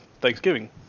Thanksgiving